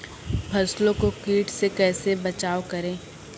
फसलों को कीट से कैसे बचाव करें?